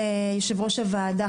יושב-ראש הוועדה,